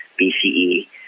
BCE